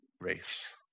race